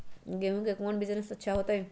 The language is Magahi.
गेंहू के कौन बिजनेस अच्छा होतई?